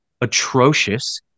atrocious